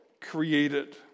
created